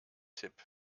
tipp